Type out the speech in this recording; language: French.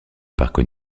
parc